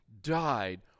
died